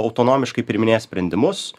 autonomiškai priiminėja sprendimus